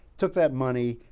took that money,